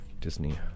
Disney